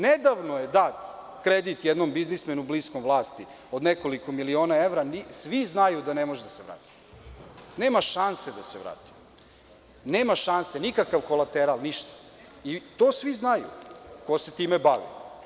Nedavno je dat kredit jednom biznismenu bliskom vlasti od nekoliko miliona evra, svi znaju da ne može da se vrati, nema šanse da se vrati, nikakav kolateral, ništa i to svi znaju, ko se time bavi.